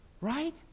Right